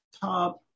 top